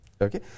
Okay